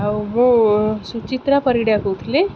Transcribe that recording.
ଆଉ ମୁଁ ସୁଚିତ୍ରା ପରିଡ଼ା କହୁଥିଲି